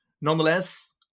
Nonetheless